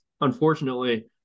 unfortunately